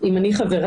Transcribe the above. אם אני חברה?